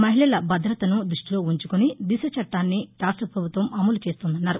మహిళల భద్రతను దృష్టిలో ఉంచుకుని దిశ చట్టాన్ని రాష్ట పభుత్వం అమలు చేస్తోందన్నారు